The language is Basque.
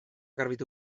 garbitu